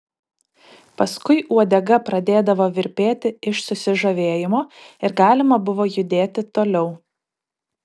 paskui uodega pradėdavo virpėti iš susižavėjimo ir galima buvo judėti toliau